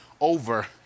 over